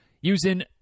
using